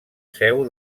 seu